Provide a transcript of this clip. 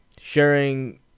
Sharing